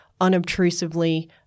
unobtrusively